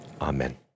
Amen